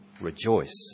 rejoice